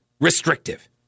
restrictive